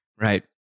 Right